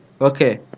okay